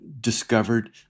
discovered